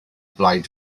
blaid